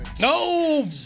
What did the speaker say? No